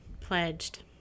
pledged